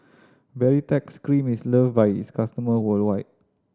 Baritex Cream is loved by its customer worldwide